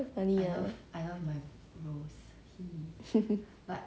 quite funny ah hmm hmm